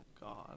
God